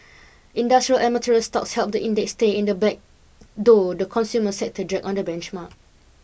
industrial and material stocks helped the index stay in the black though the consumer sector dragged on the benchmark